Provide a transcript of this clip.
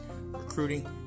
recruiting